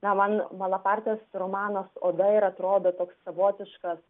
na man malapartės romanas oda ir atrodo toks savotiškas